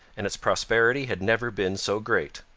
and its prosperity had never been so great.